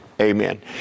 amen